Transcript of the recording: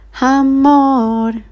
Amor